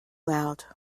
loud